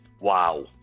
Wow